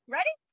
Ready